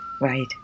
Right